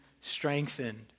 strengthened